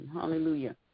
hallelujah